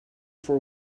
for